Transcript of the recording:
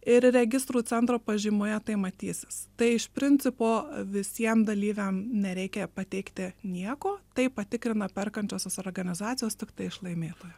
ir registrų centro pažymoje tai matysis tai iš principo visiem dalyviam nereikia pateikti nieko tai patikrina perkančiosios organizacijos tiktai iš laimėtojo